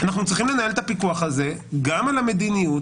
אנחנו צריכים לנהל את הפיקוח הזה גם על המדיניות